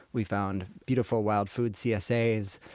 we found beautiful, wild food csa's.